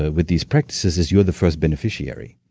with these practices, is you're the first beneficiary.